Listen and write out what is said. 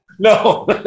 No